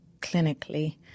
clinically